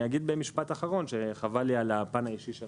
במשפט אחרון אני אגיד שחבל לי על הפן האישי של